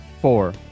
four